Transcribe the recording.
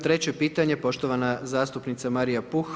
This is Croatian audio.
Treće pitanje poštovana zastupnica Marija Puh.